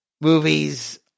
movies